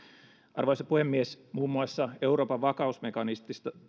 arvoisa puhemies muun muassa euroopan vakausmekanismista